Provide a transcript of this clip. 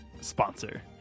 sponsor